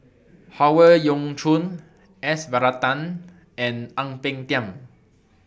Howe Yoon Chong S Varathan and Ang Peng Tiam